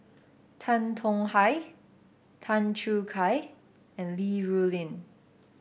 Tan Tong Hye Tan Choo Kai and Li Rulin